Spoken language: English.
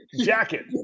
jacket